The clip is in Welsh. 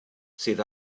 sydd